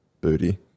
booty